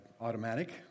automatic